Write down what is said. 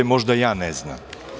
Možda ja ne znam?